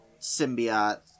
symbiote